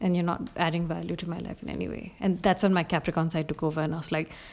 and you're not adding value to my life in anyway and that's on my capricorn side to over us like